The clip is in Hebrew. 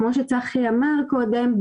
כמו שצחי אמר קודם,